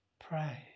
pray